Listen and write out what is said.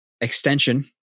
extension